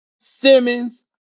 Simmons